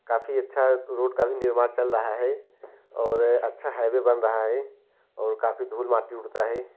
काफ़ी अच्छा रोड का भी निर्माण चल रहा है अच्छा हाईवे बन रहा है और काफ़ी धुल माटी उड़ता है